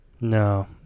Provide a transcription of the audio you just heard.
No